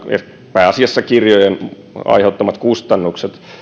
pääasiassa kirjojen aiheuttamat kustannukset